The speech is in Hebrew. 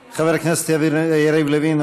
תודה לחבר הכנסת יריב לוין,